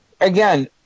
again